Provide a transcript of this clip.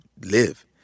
live